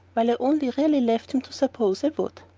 while i only really left him to suppose i would.